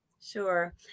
Sure